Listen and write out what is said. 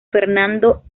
fernando